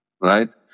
Right